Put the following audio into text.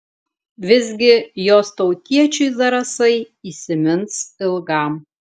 visgi jos tautiečiui zarasai įsimins ilgam